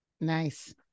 Nice